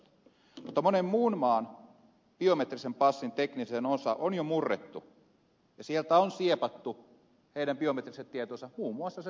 mutta monen muun maan biometrisen passin tekninen osa on jo murrettu ja sieltä on siepattu heidän biometriset tietonsa muun muassa se sormenjäljen kuva